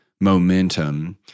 momentum